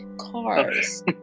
cars